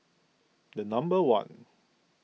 number one